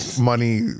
money